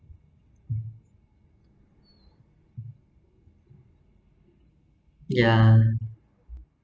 yeah